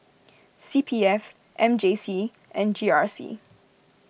C P F M J C and G R C